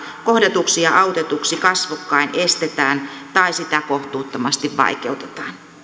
kohdatuksi ja autetuksi kasvokkain estetään tai sitä kohtuuttomasti vaikeutetaan